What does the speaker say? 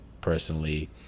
personally